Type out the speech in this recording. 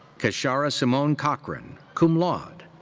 keshara simone cochrane, cum laude.